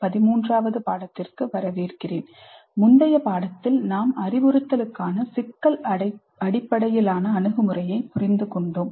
13வது பாடத்திற்கு வரவேற்கிறேன் முந்தைய பாடத்தில் நாம் அறிவுறுத்தலுக்கான சிக்கல் அடிப்படையிலான அணுகுமுறையை புரிந்துகொண்டோம்